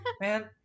man